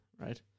right